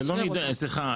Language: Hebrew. זה לא נידון, סליחה.